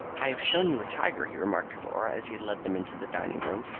i have shown you a tiger, he remarked to laura, as he led them into the dining-room.